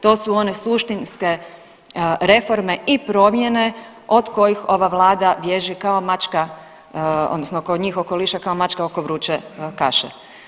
To su one suštinske reforme i promjene od kojih ova vlada bježi kao mačka odnosno oko njih okoliša kao mačka oko vruće kaše.